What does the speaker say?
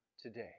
today